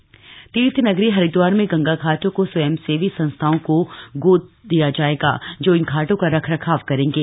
गंगा तट हरिदवार तीर्थ नगरी हरिदवार में गंगा घाटों को स्वयंसेवी संस्थाओं को गोद दिया जाएगा जो इन घाटों का रखरखाव करेंगे